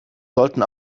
sollten